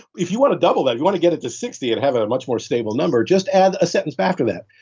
if you want to double that, you want to get it to sixty and have it a much more stable number. just add a sentence after that,